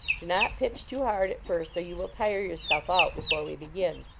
do not pitch too hard at first, or you will tire your self out before we begin.